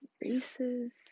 races